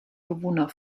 bewohner